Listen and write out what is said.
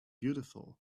beautiful